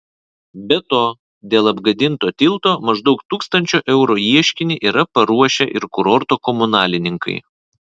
be to dėl apgadinto tilto maždaug tūkstančio eurų ieškinį yra paruošę ir kurorto komunalininkai